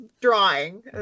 drawing